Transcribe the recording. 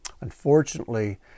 Unfortunately